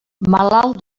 malalt